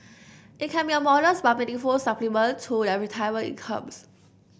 it can be a modest but meaningful supplement to their retirement incomes